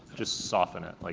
just soften it. like